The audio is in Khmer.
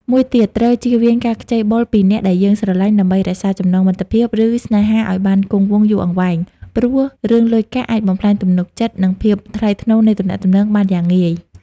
មួយទៀតត្រូវជៀសវាងការខ្ចីបុលពីអ្នកដែលយើងស្រឡាញ់ ដើម្បីរក្សាចំណងមិត្តភាព ឬស្នេហាឲ្យបានគង់វង្សយូរអង្វែង ព្រោះរឿងលុយកាក់អាចបំផ្លាញទំនុកចិត្ត និងភាពថ្លៃថ្នូរនៃទំនាក់ទំនងបានយ៉ាងងាយ។